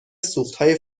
سوختهای